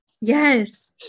yes